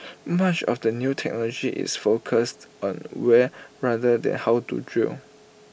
much of the new technology is focused on where rather than how to drill